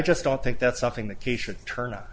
just don't think that's something the key should turn up